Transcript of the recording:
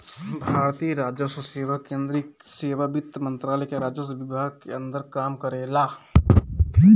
भारतीय राजस्व सेवा केंद्रीय सेवा वित्त मंत्रालय के राजस्व विभाग के अंदर काम करेला